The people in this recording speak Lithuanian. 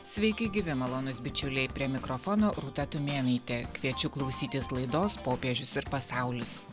sveiki gyvi malonūs bičiuliai prie mikrofono rūta tumėnaitė kviečiu klausytis laidos popiežius ir pasaulis